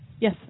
Yes